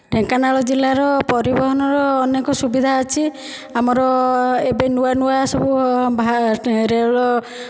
ଢେଙ୍କାନାଳ ଜିଲ୍ଲାର ପରିବହନର ଅନେକ ସୁବିଧା ଅଛି ଆମର ଏବେ ନୂଆ ନୂଆ ସବୁ ରେଳ